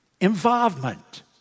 Involvement